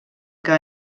que